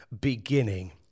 beginning